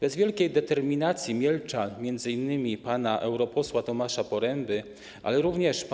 Bez wielkiej determinacji mielczan, m.in. europosła pana Tomasza Poręby, ale również